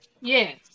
Yes